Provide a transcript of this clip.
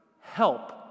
help